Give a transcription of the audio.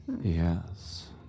Yes